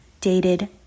dated